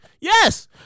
Yes